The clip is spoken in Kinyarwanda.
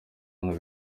hano